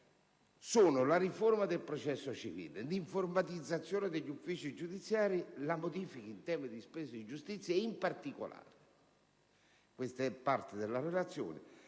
sono la riforma del processo civile, l'informatizzazione degli uffici giudiziari, la modifica in tema di spesa di giustizia e in particolare - questa è parte della relazione